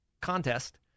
contest